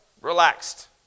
relaxed